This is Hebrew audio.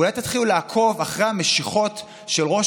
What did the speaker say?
אולי תתחילו לעקוב אחרי המשיכות של ראש